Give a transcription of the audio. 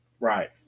Right